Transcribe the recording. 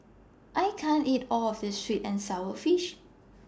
I can't eat All of This Sweet and Sour Fish